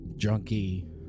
Junkie